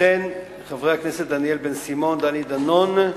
וכן חברי הכנסת דניאל בן-סימון, דני דנון,